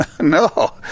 No